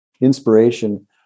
inspiration